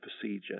procedure